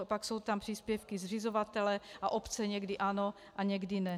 Pak jsou tam příspěvky zřizovatele, a obce někdy ano a někdy ne.